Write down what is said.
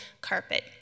carpet